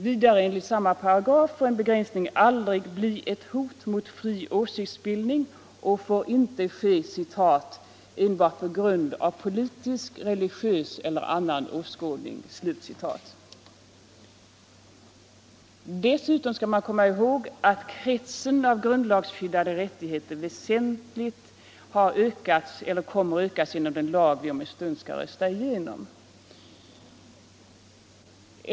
Vidare enligt samma paragraf får en begränsning aldrig bli ett hot mot fri åsiktsbildning och får inte ske ”enbart på grund av politisk, religiös eller annan åskådning”. Dessutom skall man komma ihåg att kretsen av grundlagsskyddade rättigheter väsentligt kommer att ökas till följd av den lag som vi om en stund kommer att rösta igenom.